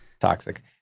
Toxic